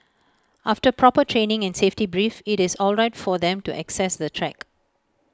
after proper training and safety brief IT is all right for them to access the track